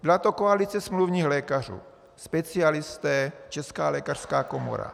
Byla to koalice smluvních lékařů specialisté, Česká lékařská komora.